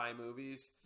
movies